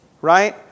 right